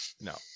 no